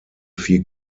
vier